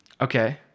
Okay